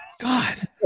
God